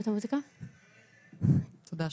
תודה שירלי.